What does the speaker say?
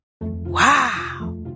Wow